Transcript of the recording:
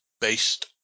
based